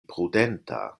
prudenta